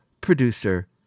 producer